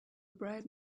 bright